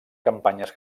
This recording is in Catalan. campanyes